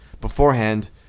beforehand